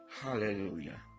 Hallelujah